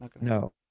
No